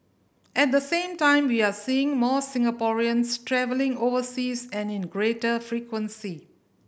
at the same time we are seeing more Singaporeans travelling overseas and in greater frequency